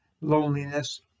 loneliness